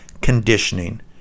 conditioning